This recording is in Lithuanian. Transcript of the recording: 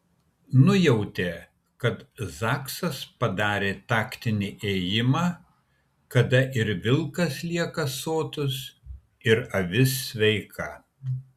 nujautė kad zaksas padarė taktinį ėjimą kada ir vilkas lieka sotus ir avis sveika